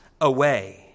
away